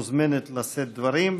מוזמנת לשאת דברים,